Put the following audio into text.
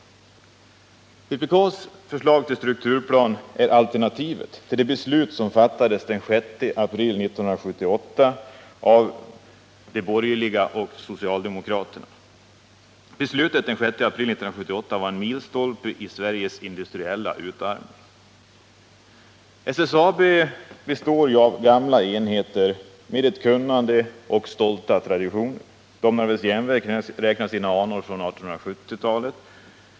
Vpk:s förslag till strukturplan är alternativet till det beslut som den 6 april 1978 fattades av de borgerliga partierna och socialdemokraterna. Beslutet den 6 april 1978 var en milstolpe i Sveriges industriella utarmning. SSAB består av gamla enheter med kunnande och stolta traditioner. Domnarvets järnverk räknar sina anor från 1870-talet.